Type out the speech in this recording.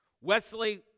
Wesley